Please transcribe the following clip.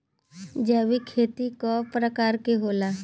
जैविक खेती कव प्रकार के होला?